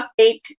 update